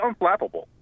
unflappable